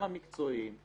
גם המקצועיים,